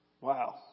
Wow